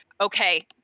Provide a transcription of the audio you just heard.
okay